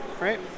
right